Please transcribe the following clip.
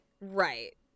right